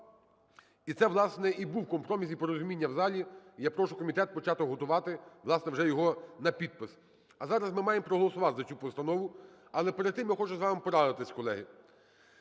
і це, власне, і був компроміс і порозуміння в залі. Я прошу комітет почати готувати, власне, вже його на підпис. А зараз ми маємо проголосувати за цю постанову, але перед тим я хочу з вами порадитися, колеги.